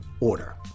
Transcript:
order